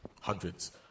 hundreds